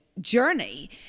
journey